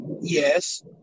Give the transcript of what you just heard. Yes